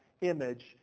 image